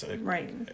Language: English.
Right